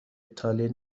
تالین